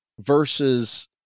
versus